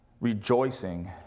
rejoicing